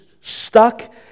stuck